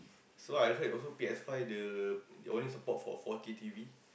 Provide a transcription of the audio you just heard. so I hear also P_S-five the they only support for four-K T_V